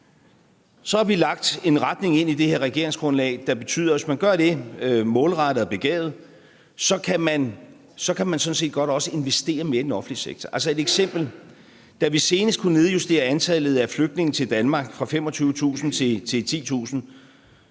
Så har vi lagt en retning ind i det her regeringsgrundlag, der betyder, at hvis man gør det målrettet og begavet, kan man sådan set også godt investere mere i den offentlige sektor. Et eksempel er, at da vi senest kunne nedjustere antallet af flygtninge til Danmark fra 25.000 til 10.000,